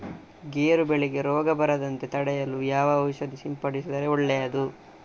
ಗೇರು ಬೆಳೆಗೆ ರೋಗ ಬರದಂತೆ ತಡೆಯಲು ಯಾವ ಔಷಧಿ ಸಿಂಪಡಿಸಿದರೆ ಒಳ್ಳೆಯದು?